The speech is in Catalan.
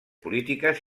polítiques